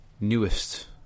newest